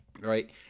right